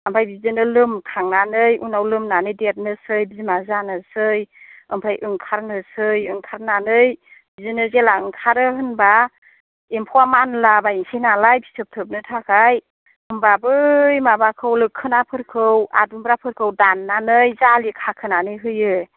ओमफ्राय बिदिनो लोमखांनानै उनाव लोमनानै देरनोसै बिमा जानोसै ओमफ्राय ओंखारनोसै ओंखारनानै बिदिनो जेला ओंखारो होनबा एम्फौआ मानला बायनोसै नालाय फिथोब थोबनो थाखाय होमबा बै माबाखौ लोखोना फोरखौ आदुमग्रा फोरखौ दाननानै जालि खाखोनानै होयो